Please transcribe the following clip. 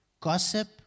gossip